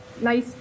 nice